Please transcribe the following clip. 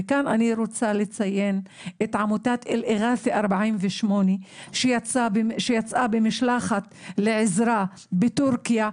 וכאן אני רוצה לציין את עמותת אלראזי 48 שיצאה במשלחת לעזרה בטורקיה,